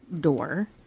door